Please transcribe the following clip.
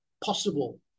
possible